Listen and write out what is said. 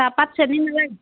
চাহপাত চেনি নেলাগে